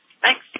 Thanks